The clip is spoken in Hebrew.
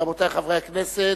רבותי חברי הכנסת,